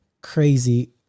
crazy